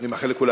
אני מאחל לכולנו